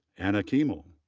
anna kiemel,